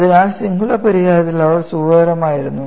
അതിനാൽ സിംഗുലാർ പരിഹാരത്തിൽ അവർ സുഖകരമായിരുന്നു